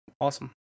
Awesome